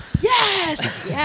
Yes